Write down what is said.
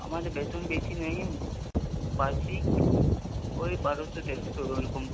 আমাদের বেতন বেশি নেই বার্ষিক ওই বারোশো তেরোশো ওই রকম